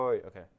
okay